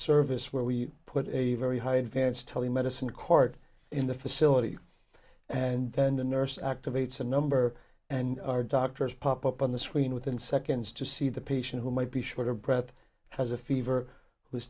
service where we put a very high advanced tele medicine court in the facility and then the nurse activates a number and our doctors pop up on the screen within seconds to see the patient who might be short of breath has a fever w